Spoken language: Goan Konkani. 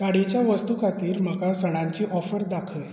गाडयेच्या वस्तूं खातीर म्हाका सणांची ऑफर दाखय